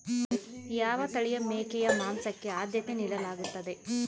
ಯಾವ ತಳಿಯ ಮೇಕೆ ಮಾಂಸಕ್ಕೆ, ಆದ್ಯತೆ ನೇಡಲಾಗ್ತದ?